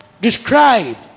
described